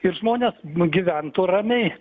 ir žmonės nu gyventų ramiai